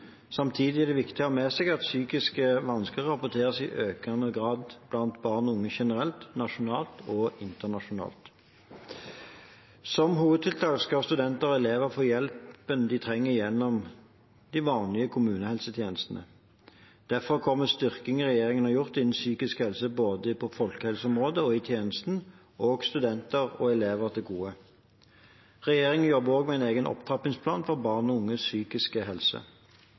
Samtidig er det viktig å ha med seg at psykiske vansker rapporteres i økende grad blant barn og unge generelt, nasjonalt og internasjonalt. Som hovedtiltak skal studenter og elever få hjelpen de trenger, gjennom den vanlige kommunehelsetjenesten. Derfor kommer styrkingen regjeringen har gjort innen psykisk helse både på folkehelseområdet og i tjenesten, også studenter og elever til gode. Regjeringen jobber også med en egen opptrappingsplan for barn og unges psykiske helse.